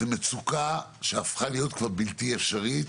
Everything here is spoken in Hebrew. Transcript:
זו מצוקה שהפכה להיות כבר בלתי אפשרית,